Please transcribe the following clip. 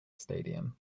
stadium